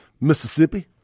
Mississippi